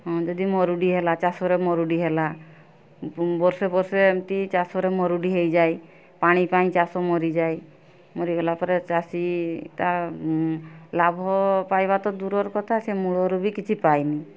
ହୁଁ ଯଦି ମରୁଡ଼ି ହେଲା ଚାଷରେ ମରୁଡ଼ି ହେଲା ବର୍ଷେ ବର୍ଷେ ଏମିତି ଚାଷରେ ମରୁଡ଼ି ହୋଇଯାଏ ପାଣି ପାଇଁ ଚାଷ ମରିଯାଏ ମରିଗଲା ପରେ ଚାଷୀ ତା' ଲାଭ ପାଇବା ତ ଦୂରର କଥା ସେ ମୂଳରୁ ବି କିଛି ପାଏନି